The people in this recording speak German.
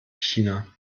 china